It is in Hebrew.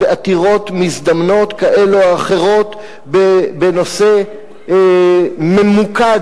בעתירות מזדמנות כאלה ואחרות בנושא ממוקד,